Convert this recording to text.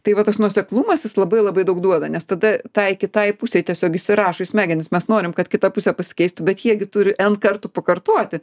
tai va tas nuoseklumas jis labai labai daug duoda nes tada tai kitai pusei tiesiog įsirašo į smegenis mes norim kad kita pusė pasikeistų bet jie gi turi n kartų pakartoti